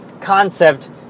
concept